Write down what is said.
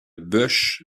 bush